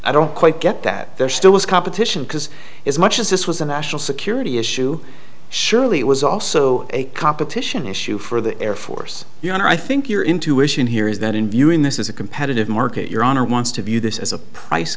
i don't quite get that there still was competition because as much as this was a national security issue surely it was also a competition issue for the air force you and i think your intuition here is that in viewing this as a competitive market your honor wants to view this as a price